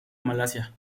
malasia